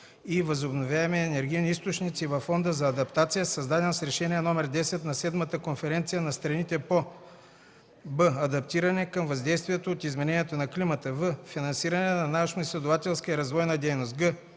и възобновяеми енергийни източници и във Фонда за адаптация, създаден с Решение № 10 на седмата Конференция на страните по; б) адаптиране към въздействието от изменението на климата; в) финансиране на научноизследователска и развойна дейност;